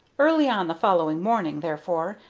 early on the following morning, therefore,